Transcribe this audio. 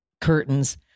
curtains